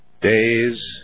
days